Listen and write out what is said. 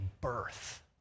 birth